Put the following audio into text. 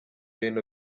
ibintu